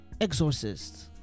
exorcists